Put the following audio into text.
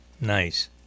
nice